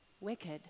wicked